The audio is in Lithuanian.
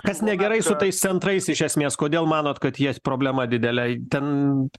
kas negerai su tais centrais iš esmės kodėl manot kad jie problema didelė ten